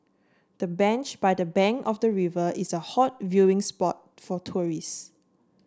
the bench by the bank of the river is a hot viewing spot for tourists